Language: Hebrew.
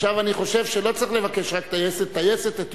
עכשיו אני חושב שלא צריך לבקש רק טייסת אלא